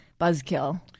buzzkill